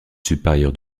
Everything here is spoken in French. supérieures